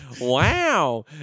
wow